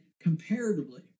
comparatively